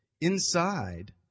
inside